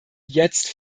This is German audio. jetzt